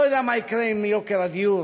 אני לא יודע מה יקרה עם יוקר הדיור.